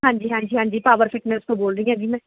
ਹਾਂਜੀ ਹਾਂਜੀ ਹਾਂਜੀ ਪਾਵਰ ਫਿਟਨੈਸ ਤੋਂ ਬੋਲ ਰਹੀ ਹੈਗੀ ਮੈਂ